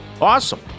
Awesome